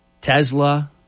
Tesla